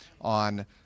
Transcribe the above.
on